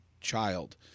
child